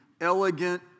elegant